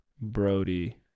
Brody